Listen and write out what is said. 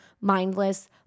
mindless